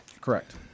Correct